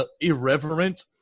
irreverent